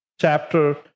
chapter